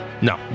No